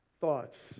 thoughts